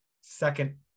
second